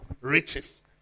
riches